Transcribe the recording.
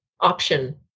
option